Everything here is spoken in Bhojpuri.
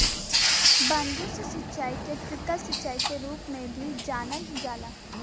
बूंद से सिंचाई के ट्रिकल सिंचाई के रूप में भी जानल जाला